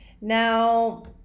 Now